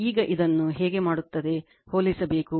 ಈಗ ಇದನ್ನು ಹೇಗೆ ಮಾಡುತ್ತದೆ ಹೋಲಿಸಬೇಕು